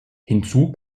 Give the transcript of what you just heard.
hinzu